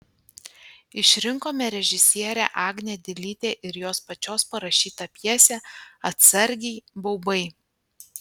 išrinkome režisierę agnę dilytę ir jos pačios parašytą pjesę atsargiai baubai